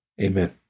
Amen